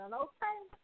okay